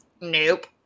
Nope